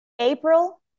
April